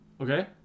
Okay